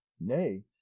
nay